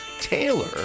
Taylor